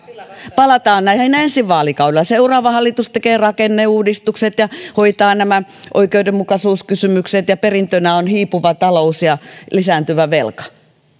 palataan näihin ensi vaalikaudella seuraava hallitus tekee rakenneuudistukset ja hoitaa nämä oikeudenmukaisuuskysymykset ja perintönä on hiipuva talous ja lisääntyvä velka